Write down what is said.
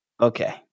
Okay